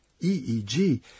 EEG